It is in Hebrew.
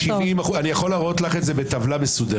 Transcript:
כן, 70%. אני יכול להראות לך את זה בטבלה מסודרת.